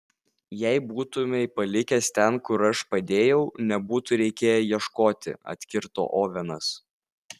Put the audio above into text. jei būtumei palikęs ten kur aš padėjau nebūtų reikėję ieškoti atkirto ovenas